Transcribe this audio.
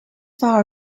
far